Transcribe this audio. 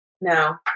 No